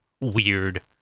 weird